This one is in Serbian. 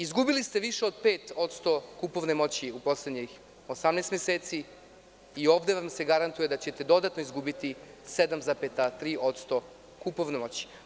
Izgubili ste više od 5% kupovne moći u poslednjih 18 meseci i ovde vam se garantuje da ćete dodatno izgubiti 7,3% kupovne moći.